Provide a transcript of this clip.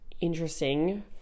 interesting